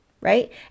right